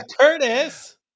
Curtis